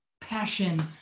passion